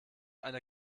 eine